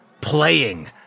playing